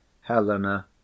Helena